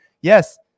yes